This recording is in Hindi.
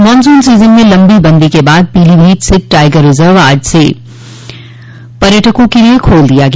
मानसून सीजन में लम्बी बंदी के बाद पीलीभीत स्थित टाइगर रिजर्व आज से पर्यटकों के लिए खोल दिया गया